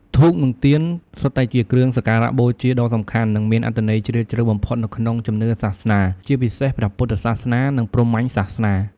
ធូប និងទៀន សុទ្ធតែជាគ្រឿងសក្ការបូជាដ៏សំខាន់ និងមានអត្ថន័យជ្រាលជ្រៅបំផុតនៅក្នុងជំនឿសាសនា ជាពិសេសព្រះពុទ្ធសាសនា និងព្រហ្មញ្ញសាសនា។